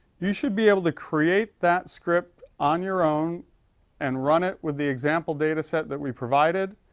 you should be able to create that script on your own and run it with the example data set that we provided,